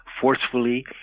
forcefully